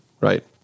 right